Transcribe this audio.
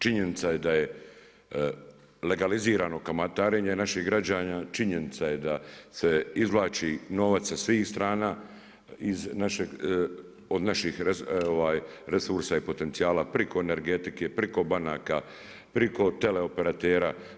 Činjenica je da je legalizirano kamatarenje naših građana, činjenica je da se izvlači novac sa svih strana od naših resursa i potencijala, preko energetike, preko banaka, preko teleoperatera.